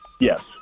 Yes